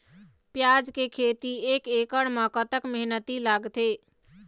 प्याज के खेती एक एकड़ म कतक मेहनती लागथे?